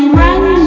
run